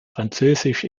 französisch